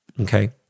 Okay